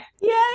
Yay